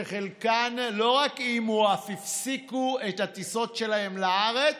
שחלקן לא רק איימו אלא אף הפסיקו את הטיסות שלהן לארץ?